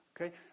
Okay